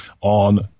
on